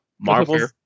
Marvel